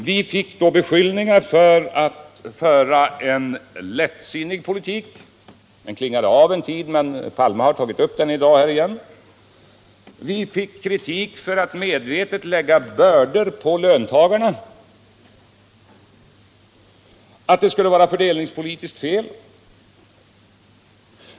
Vi utsattes då för beskyllningar för att föra en lättsinnig politik — de klingade av en tid men Olof Palme har tagit upp dem igen i dag. Vi fick kritik för att vi medvetet skulle lägga bördor på löntagarna, kritik för att detta skulle vara fördelningspolitiskt fel.